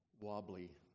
wobbly